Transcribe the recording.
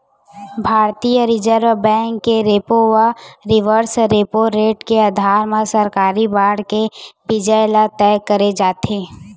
भारतीय reserve bank के repo व रिवर्स रेपो रेट के अधार म सरकारी बांड के बियाज ल तय करे जाथे